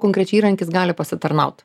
konkrečiai įrankis gali pasitarnaut